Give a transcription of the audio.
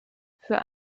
für